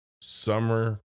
summer